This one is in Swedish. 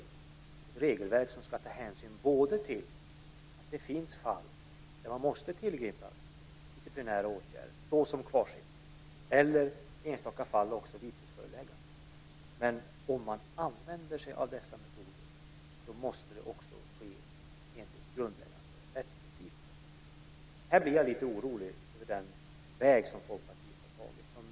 Detta regelverk ska ta hänsyn till att det finns fall där man måste tillgripa disciplinära åtgärder såsom kvarsittning eller i enstaka fall vitesföreläggande men också till att det, om man använder sig av dessa metoder, måste ske i enlighet med grundläggande rättsprinciper. Här blir jag lite orolig över den väg som Folkpartiet nu har tagit.